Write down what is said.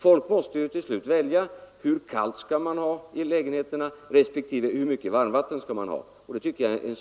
Folk måste till slut välja hur kallt man skall ha i lägenheterna respektive hur mycket varmvatten man vill ha.